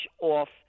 off